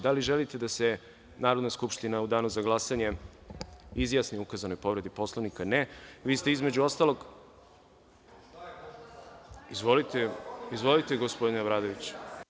Da li želite da se Narodna skupština u danu za glasanje izjasni o ukazanoj povredi Poslovnika? (Ne) (Boško Obradović: Replika!) Izvolite, gospodine Obradoviću.